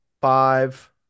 Five